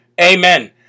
amen